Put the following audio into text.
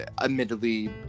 admittedly